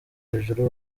hejuru